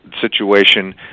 situation